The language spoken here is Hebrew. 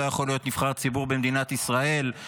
לא יכול להיות נבחר ציבור במדינת ישראל,